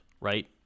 right